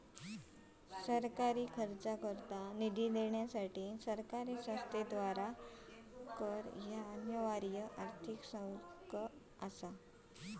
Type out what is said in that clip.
सरकारी खर्चाकरता निधी देण्यासाठी सरकारी संस्थेद्वारा कर ह्या अनिवार्य आर्थिक शुल्क असा